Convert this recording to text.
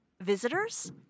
visitors